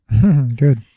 Good